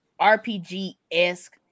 RPG-esque